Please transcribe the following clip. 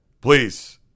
Please